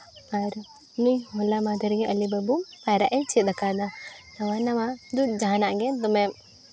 ᱟᱨ ᱱᱩᱭ ᱦᱚᱞᱟ ᱢᱟᱦᱫᱮᱨ ᱜᱮ ᱟᱞᱮ ᱵᱟᱹᱵᱩ ᱯᱟᱭᱨᱟᱜ ᱮ ᱪᱮᱫ ᱟᱠᱟᱫᱟ ᱱᱟᱣᱟ ᱱᱟᱣᱟ ᱫᱚ ᱡᱟᱦᱟᱱᱟᱜ ᱜᱮ ᱫᱚᱢᱮ